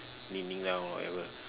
leaning down or whatever